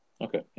Okay